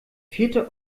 vierte